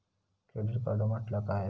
Credit card म्हटल्या काय?